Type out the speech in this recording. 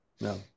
no